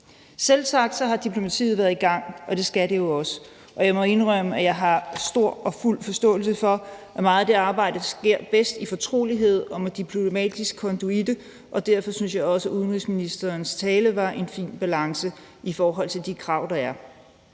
Selvsagt har diplomatiet været i gang, og det skal det jo også. Jeg må indrømme, at jeg har stor og fuld forståelse for, at meget af det arbejde sker bedst i fortrolighed og med diplomatisk konduite, og derfor synes jeg også, at udenrigsministerens tale havde en fin balance i forhold til de krav, der er.